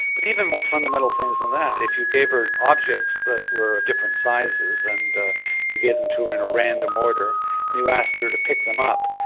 but even more fundamental things than that if you gave her objects that were of different sizes and ah you gave them to her in a random order and you asked her to pick them up,